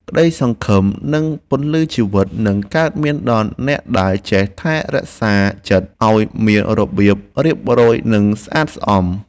ក្តីសង្ឃឹមនិងពន្លឺជីវិតនឹងកើតមានដល់អ្នកដែលចេះថែរក្សាចិត្តឱ្យមានរបៀបរៀបរយ និង ស្អាតស្អំ។